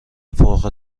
فوق